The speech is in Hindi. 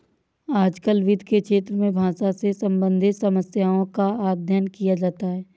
आजकल वित्त के क्षेत्र में भाषा से सम्बन्धित समस्याओं का अध्ययन किया जाता है